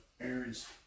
Aaron's